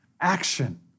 action